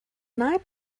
night